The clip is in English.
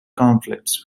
conflicts